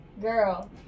girl